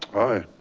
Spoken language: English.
aye.